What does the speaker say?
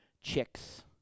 chicks